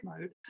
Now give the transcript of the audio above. mode